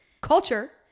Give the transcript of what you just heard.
Culture